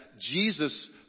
Jesus